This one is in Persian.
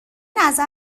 نظر